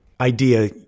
idea